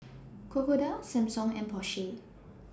Crocodile Samsung and Porsche